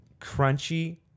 crunchy